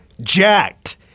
jacked